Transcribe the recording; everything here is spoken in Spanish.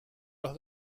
los